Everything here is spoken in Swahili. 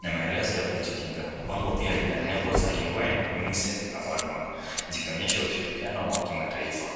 na maelezo ya kujikinga. Bango pia lina nembo la UN, UNICEF na WORLDBANK zikionyesha ushirikiano wa kimataifa.